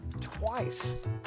twice